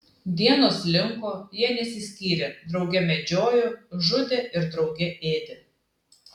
dienos slinko jie nesiskyrė drauge medžiojo žudė ir drauge ėdė